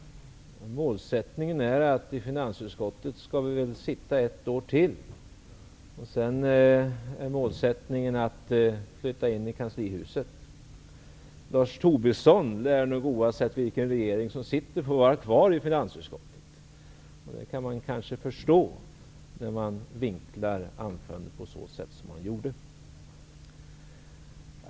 Målet är att vi skall sitta ett år till i finansutskottet. Sedan är målet att flytta in i kanslihuset. Lars Tobisson lär, oavsett vilken regering som sitter, få vara kvar i finansutskottet. Det kan man kanske förstå när han vinklar anförandet på så sätt som han gjorde.